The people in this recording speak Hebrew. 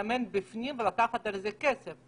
להתאמן בפנים ולקחת על זה כסף.